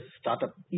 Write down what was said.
startup